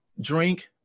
drink